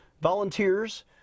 volunteers